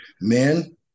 men